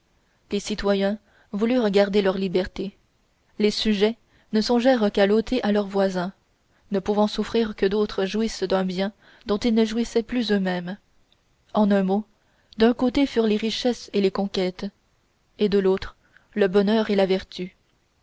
les citoyens voulurent garder leur liberté les sujets ne songèrent qu'à l'ôter à leurs voisins ne pouvant souffrir que d'autres jouissent d'un bien dont ils ne jouissaient plus eux-mêmes en un mot d'un côté furent les richesses et les conquêtes et de l'autre le bonheur et la vertu